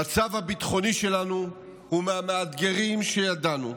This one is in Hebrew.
המצב הביטחוני שלנו הוא מהמאתגרים שידענו.